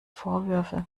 vorwürfe